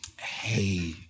Hey